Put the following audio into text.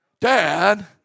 Dad